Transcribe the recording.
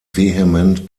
vehement